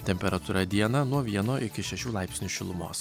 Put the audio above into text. temperatūra dieną nuo vieno iki šešių laipsnių šilumos